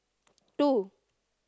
two